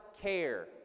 care